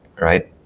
right